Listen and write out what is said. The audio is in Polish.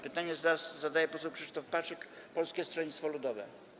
Pytanie zadaje poseł Krzysztof Paszyk, Polskie Stronnictwo Ludowe.